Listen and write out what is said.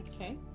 Okay